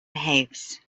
behaves